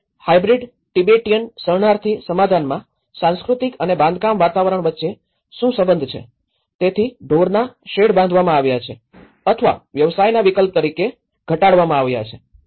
અને hybrid Tibetan શરણાર્થી સમાધાનમાં સાંસ્કૃતિક અને બાંધકામ વાતાવરણ વચ્ચે શું સંબંધ છે તેથી ઢોરના શેડ બંધ કરવામાં આવ્યા છે અથવા વ્યવસાયના વિકલ્પ તરીકે ઘટાડવામાં આવ્યા છે